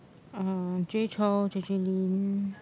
um Jay-Chou J_J-Lin